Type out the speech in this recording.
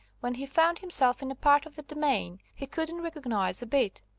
when he found himself in a part of the demesne he couldn't recognise a bit.